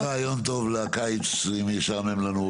עוד רעיון טוב לקיץ, אם ישעמם לנו,